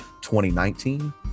2019